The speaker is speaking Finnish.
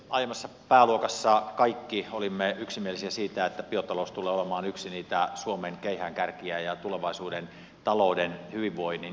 aiemmassa pääluokassa kaikki olimme yksimielisiä siitä että biotalous tulee olemaan yksi niitä suomen keihäänkärkiä ja tulevaisuuden talouden hyvinvoinnin tuojia